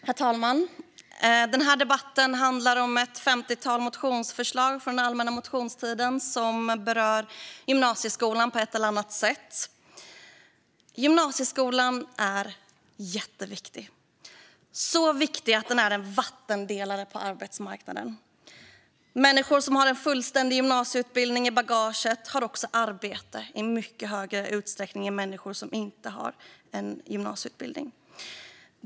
Herr talman! Den här debatten handlar om ett femtiotal motionsförslag från den allmänna motionstiden som berör gymnasieskolan på ett eller annat sätt. Gymnasieskolan är jätteviktig - så viktig att den är en vattendelare på arbetsmarknaden. Människor som har en fullständig gymnasieutbildning i bagaget har också arbete i mycket större utsträckning än människor som inte har en gymnasieutbildning.